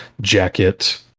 jacket